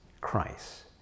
Christ